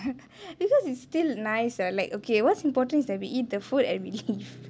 because it's still nice lah like okay what's important is that we eat the food and we leave